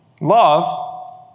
Love